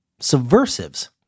subversives